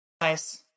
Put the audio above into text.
Nice